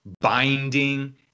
binding